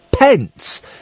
Pence